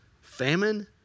famine